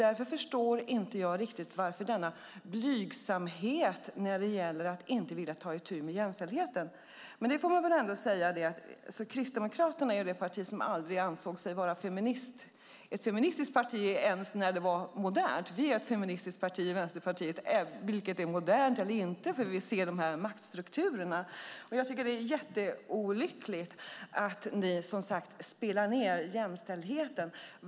Därför förstår jag inte denna blygsamhet när det gäller att inte vilja ta itu med jämställdheten. Kristdemokraterna är det parti som aldrig ansåg sig vara ett feministiskt parti ens när det var modernt. Vänsterpartiet är ett feministiskt parti oavsett om det är modernt eller inte eftersom vi ser maktstrukturerna. Det är olyckligt att ni spelar ned jämställdheten.